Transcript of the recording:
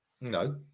No